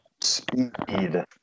speed